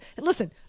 listen